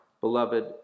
beloved